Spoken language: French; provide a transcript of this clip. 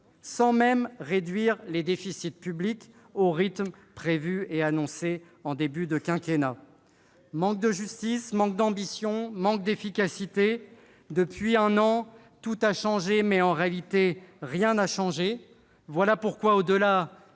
ni même de réduire les déficits publics au rythme annoncé en débat de quinquennat ! Quelle caricature ! Manque de justice, manque d'ambition, manque d'efficacité ... Depuis un an, tout a changé, mais, en réalité, rien n'a changé. Voilà pourquoi, au-delà